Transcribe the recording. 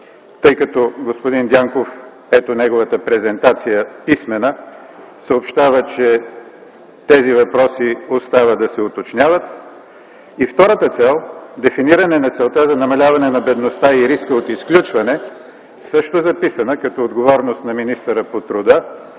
тъй като господин Дянков – ето неговата писмена презентация, съобщава, че тези въпроси остава да се уточняват. И втората цел – дефиниране на целта за намаляване на бедността и риска от изключване, също записана като отговорност на министъра по труда,